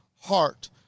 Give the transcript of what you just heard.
heart